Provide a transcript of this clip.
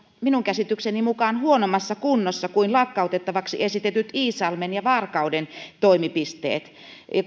minun käsitykseni mukaan huonommassa kunnossa kuin lakkautettavaksi esitetyt iisalmen ja varkauden toimipisteet